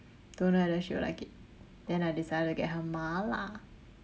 don't know whether she will like it then I decided to get her mala